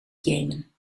jemen